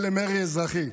ולמרי אזרחי.